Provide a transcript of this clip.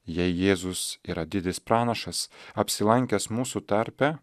jei jėzus yra didis pranašas apsilankęs mūsų tarpe